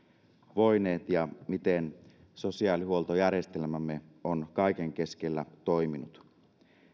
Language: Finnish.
voineet ja miten sosiaalihuoltojärjestelmämme on kaiken keskellä toiminut